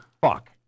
fuck